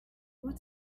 what